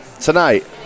tonight